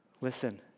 listen